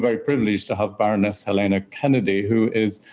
very privileged to have baroness helena kennedy who is,